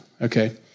Okay